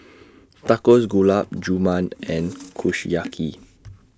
Tacos Gulab Jamun and Kushiyaki